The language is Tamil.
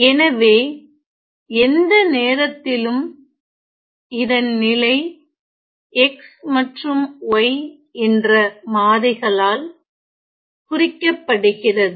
எனவே எந்த நேரத்திலும் இதன் நிலை x மற்றும் y என்ற மாறிகளால் குறிக்கப்படுகிறது